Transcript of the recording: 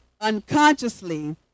unconsciously